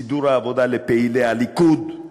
סידור העבודה לפעילי הליכוד,